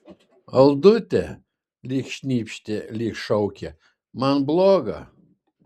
aldute lyg šnypštė lyg šaukė man bloga